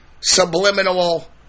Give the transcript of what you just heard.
subliminal